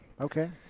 Okay